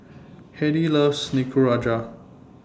Hedy loves Nikujaga